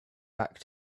back